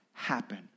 happen